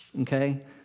okay